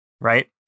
right